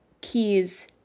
keys